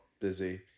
busy